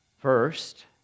First